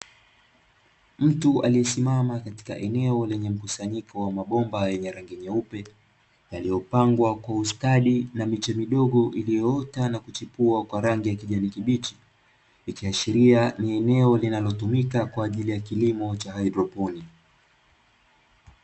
Mtu aliesimama katika eneo lenye mkusanyiko wa mabomba yenye rangi nyeupe, yaliyopangwa kwa ustadi na miche midogo iliyoota na kuchipua kwa rangi ya kijani kibichi. Ikiashiria ni eneo linalotumika kwa ajili ya kilimo cha haidroponi.